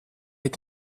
est